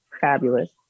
fabulous